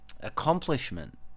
accomplishment